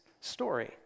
story